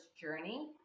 journey